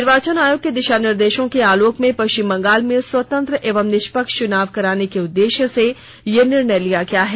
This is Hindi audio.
निर्वाचन आयोग के दिशा निर्देशों के आलोक में पश्चिम बंगाल में स्वतंत्र एवं निष्पक्ष च्नाव कराने के उद्देश्य से यह निर्णय लिया गया है